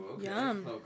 Yum